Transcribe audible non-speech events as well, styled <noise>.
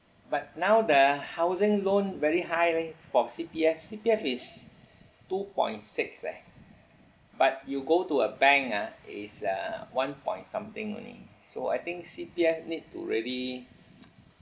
but now the housing loan very high leh for C_P_F C_P_F is two point six leh but you go to a bank ah it's uh one point something only so I think C_P_F need to really <noise>